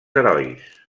herois